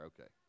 Okay